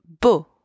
beau